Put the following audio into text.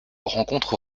rencontre